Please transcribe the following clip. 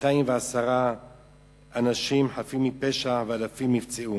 210 אנשים חפים מפשע ואלפים נפצעו.